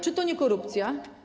Czy to nie korupcja?